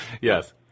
Yes